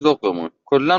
ذوقمون، کلا